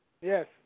Yes